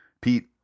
pete